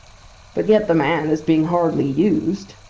but yet the man is being hardly used,